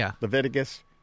Leviticus